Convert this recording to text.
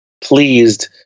pleased